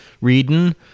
Reading